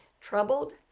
troubled